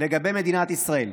לגבי מדינת ישראל.